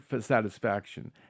satisfaction